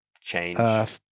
change